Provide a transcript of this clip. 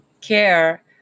care